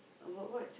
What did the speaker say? about what